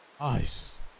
Ice